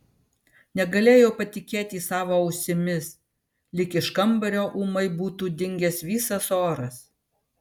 negalėjau patikėti savo ausimis lyg iš kambario ūmai būtų dingęs visas oras